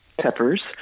peppers